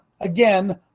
again